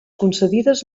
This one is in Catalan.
concedides